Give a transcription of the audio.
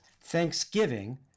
Thanksgiving